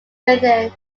within